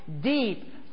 deep